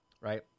right